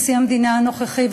נשיא המדינה הנוכחי,